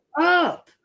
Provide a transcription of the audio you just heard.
up